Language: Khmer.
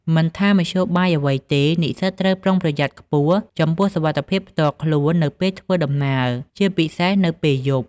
មិនថាមធ្យោបាយអ្វីទេ និស្សិតត្រូវប្រុងប្រយ័ត្នខ្ពស់ចំពោះសុវត្ថិភាពផ្ទាល់ខ្លួននៅពេលធ្វើដំណើរ ជាពិសេសនៅពេលយប់។